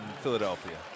Philadelphia